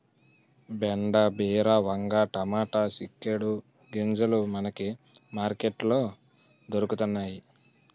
బెండ బీర వంగ టమాటా సిక్కుడు గింజలు మనకి మార్కెట్ లో దొరకతన్నేయి